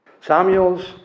Samuel's